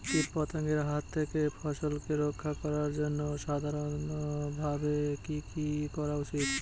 কীটপতঙ্গের হাত থেকে ফসলকে রক্ষা করার জন্য সাধারণভাবে কি কি করা উচিৎ?